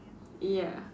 ya